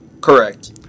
Correct